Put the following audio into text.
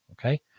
Okay